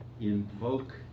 invoke